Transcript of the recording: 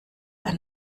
ein